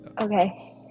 okay